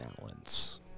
balance